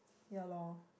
ya lor